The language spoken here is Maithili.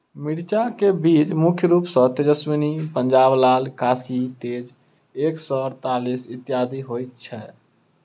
मिर्चा केँ बीज मुख्य रूप सँ तेजस्वनी, पंजाब लाल, काशी तेज एक सै अड़तालीस, इत्यादि होए छैथ?